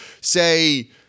say